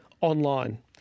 online